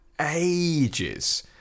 ages